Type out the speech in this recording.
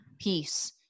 peace